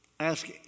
ask